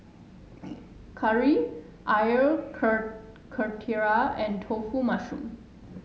Curry Air Karthira and Mushroom Tofu